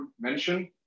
mention